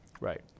Right